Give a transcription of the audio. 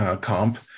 comp